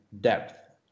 depth